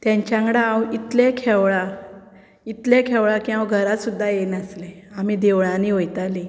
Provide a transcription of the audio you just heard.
तांच्या वांगडा हांव इतलें खेळां इतलें खेळां की हांव घरां सुद्दां येनासलें आमी देवळांनी वयतालीं